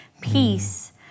peace